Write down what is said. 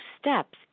steps